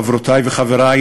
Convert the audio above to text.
חברותי וחברי,